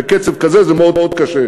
בקצב כזה זה מאוד קשה.